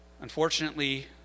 Unfortunately